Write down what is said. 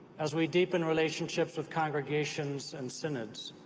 as we deepen relationships with congregations and synods,